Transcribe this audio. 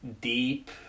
deep